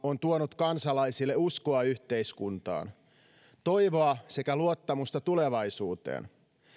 on tuonut kansalaisille uskoa yhteiskuntaan toivoa sekä luottamusta tulevaisuuteen